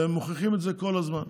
והם מוכיחים את זה כל הזמן.